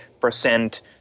percent